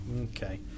Okay